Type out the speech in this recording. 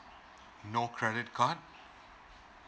no credit card